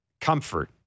comfort